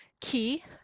key